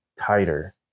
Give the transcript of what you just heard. tighter